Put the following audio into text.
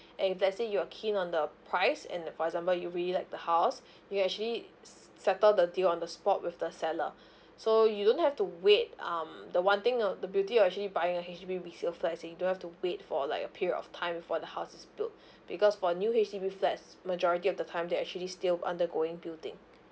and if let's say you are keen on the price and the for example you really like the house you actually s~ settle the deal on the spot with the seller so you don't have to wait um the one thing o~ the beauty of actually buying a H_D_B resale flat is in you don't have to wait for like a period of time before the house is built because for new H_D_B flats majority of the time they're actually still undergoing building